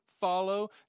follow